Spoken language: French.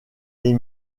les